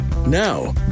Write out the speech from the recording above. Now